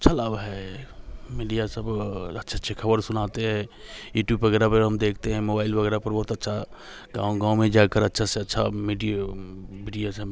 अच्छा लाभ है मीडिया सब अच्छी अच्छी खबर सुनाते हैं यूट्यूब वगैरह वगैरह हम देखते हैं मोबाईल वगैरह पर बहुत अच्छा गाँव गाँव में जाकर बहुत अच्छा मिडी मेडिएशन